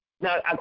Now